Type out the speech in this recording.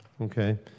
okay